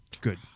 Good